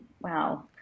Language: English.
wow